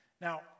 Now